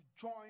join